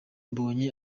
mbonyi